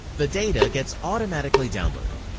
the data gets automatically downloaded.